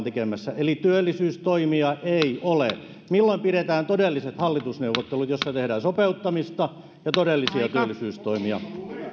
tekemässä eli työllisyystoimia ei ole milloin pidetään todelliset hallitusneuvottelut joissa tehdään sopeuttamista ja todellisia työllisyystoimia